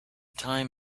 time